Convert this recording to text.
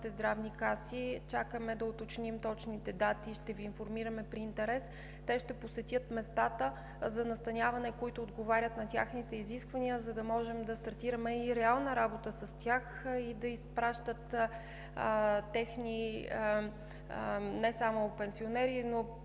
здравни каси. Чакаме да уточним точните дати и ще Ви информираме при интерес. Те ще посетят местата за настаняване, които отговарят на техните изисквания, за да можем да стартираме и реална работа с тях и да изпращат не само техни пенсионери, но